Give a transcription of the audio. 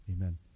Amen